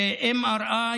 זה MRI,